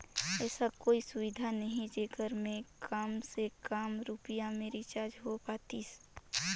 ऐसा कोई सुविधा नहीं जेकर मे काम से काम रुपिया मे रिचार्ज हो पातीस?